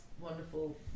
wonderful